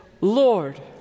Lord